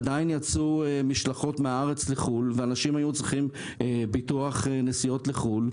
עדיין יצאו משלחות מהארץ לחו"ל ואנשים היו צריכים ביטוח נסיעות לחו"ל,